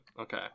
Okay